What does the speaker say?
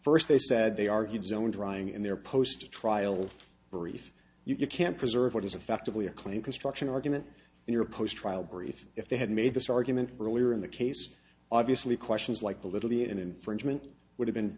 first they said they argued zone drying in their post a trial brief you can't preserve what is effectively a claim construction argument in your post trial brief if they had made this argument earlier in the case obviously questions like the literally an infringement would have been